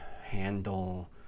handle